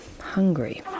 hungry